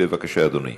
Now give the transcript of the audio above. בבקשה, אדוני.